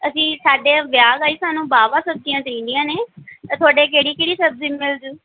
ਅਸੀਂ ਸਾਡੇ ਵਿਆਹ ਦਾ ਜੀ ਸਾਨੂੰ ਵਾਹਵਾ ਸਬਜ਼ੀਆਂ ਚਾਹੀਦੀਆਂ ਨੇ ਤੁਹਾਡੇ ਕਿਹੜੀ ਕਿਹੜੀ ਸਬਜ਼ੀ ਮਿਲ ਜੂ